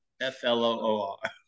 F-L-O-O-R